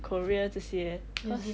korea 这些 cause